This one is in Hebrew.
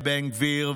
ובן גביר,